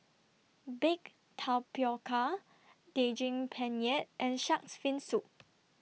Baked Tapioca Daging Penyet and Shark's Fin Soup